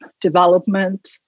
development